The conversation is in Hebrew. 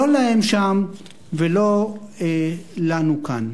לא להם שם ולא לנו כאן.